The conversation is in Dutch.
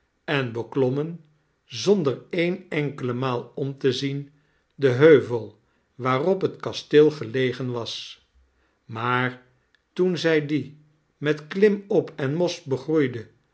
en beklommen zonder eene enkele maal om te zien den heuvel waarop het kasteel gelegen was maar toen zij die met klimop en mos begroeide